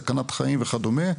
סכנת חיים וכדומה,